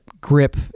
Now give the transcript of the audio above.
grip